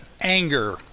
anger